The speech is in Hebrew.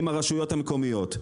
עם הרשויות המקומיות,